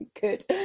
Good